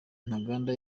ntaganda